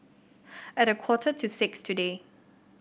at a quarter to six today